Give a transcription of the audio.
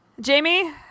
Jamie